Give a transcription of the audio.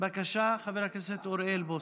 בבקשה, חבר הכנסת אוריאל בוסו.